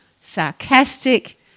sarcastic